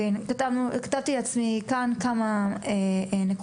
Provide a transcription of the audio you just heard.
כתבתי לעצמי כאן כמה נקודות.